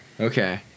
okay